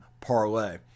parlay